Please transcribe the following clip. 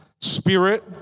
Spirit